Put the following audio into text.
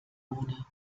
ohne